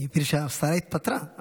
מפני שהשרה התפטרה,